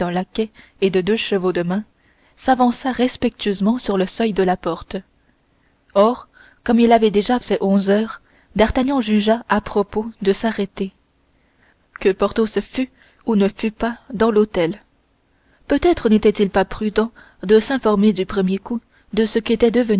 et de deux chevaux de main s'avança respectueusement sur le seuil de la porte or comme il avait déjà fait onze lieues d'artagnan jugea à propos de s'arrêter que porthos fût ou ne fût pas dans l'hôtel puis peut-être n'était-il pas prudent de s'informer du premier coup de ce qu'était devenu